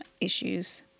issues